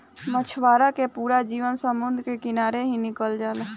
मछवारा के पूरा जीवन समुंद्र के किनारे ही निकल जाला